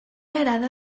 agrada